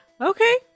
okay